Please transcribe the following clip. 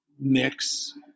mix